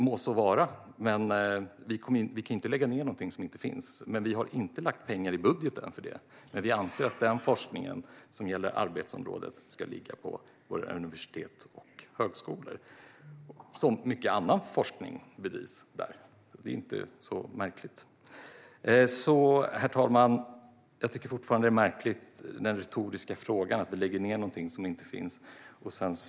Må så vara, men vi kan inte lägga ned någonting som inte finns. Vi har inte lagt pengar på detta i budgeten, men vi anser att forskning som gäller arbetsområdet ska ligga på våra universitet och högskolor - precis som att mycket annan forskning bedrivs där. Det är inte så märkligt. Herr talman! Jag tycker alltså att det retoriska greppet att säga att vi lägger ned någonting som inte finns är märkligt.